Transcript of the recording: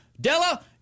Della